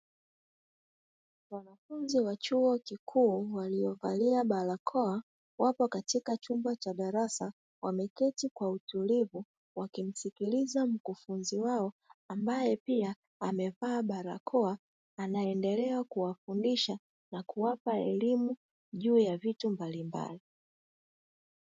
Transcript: Wanafunzi wa chuo kikuu waliovalia barakoa, wapo katika chumba cha darasa wameketi kwa utulivu wakimsikiliza mkufunzi wao, ambaye pia amevaa barakoa anaendelea kuwafundisha na kuwapa elimu juu ya vitu mbalimbali.